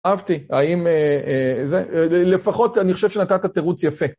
אהבתי, האם זה, לפחות אני חושב שנתת תירוץ יפה.